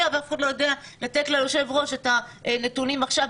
ואף אחד לא יודע לתת ליושב-ראש את הנתונים עכשיו.